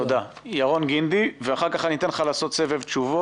ולכן אני לא יכול כרגע לפרט,